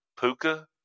Puka